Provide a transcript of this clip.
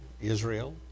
Israel